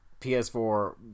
PS4